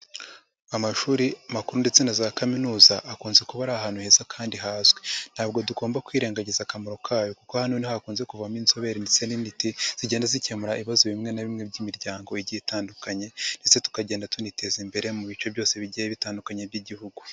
Amashuri makuru ndetse na za kaminuza akunze kuba ari ahantu heza kandi hazwi. Ntabwo tugomba kwirengagiza akamaro kayo kuko hano niho hakunze kuvamo inzobere ndetse n'inditi zigenda zikemura ibibazo bimwe na bimwe by'imiryango igiye itandukanye ndetse tukagenda tuniteza imbere mu bice byose bigiye bitandukanye by'igihugu.